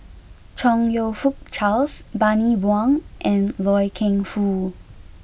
Chong you Fook Charles Bani Buang and Loy Keng Foo